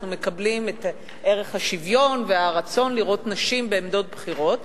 מקבלים את ערך השוויון והרצון לראות נשים בעמדות בכירות,